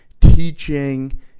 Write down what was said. teaching